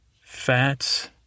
Fats